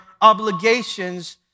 obligations